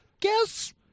guess